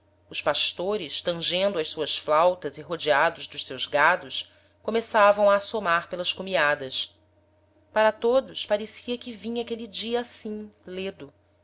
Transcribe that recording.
os pastores tangendo as suas flautas e rodeados dos seus gados começavam a assomar pelas cumiadas para todos parecia que vinha aquele dia assim ledo